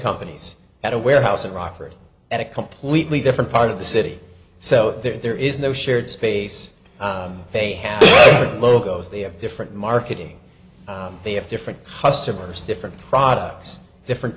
companies at a warehouse in rockford at a completely different part of the city so there is no shared space they have logos they have different marketing they have different hustlers different products different